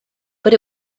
but